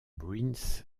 bruins